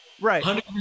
Right